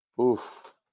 Oof